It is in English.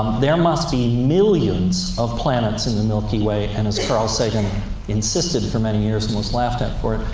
there must be millions of planets in the milky way, and as carl sagan insisted for many years, and was laughed at for it,